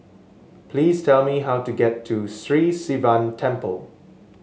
please tell me how to get to Sri Sivan Temple